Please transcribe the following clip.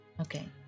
Okay